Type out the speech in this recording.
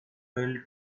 well